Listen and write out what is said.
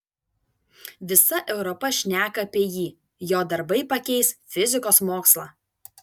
visa europa šneka apie jį jo darbai pakeis fizikos mokslą